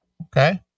Okay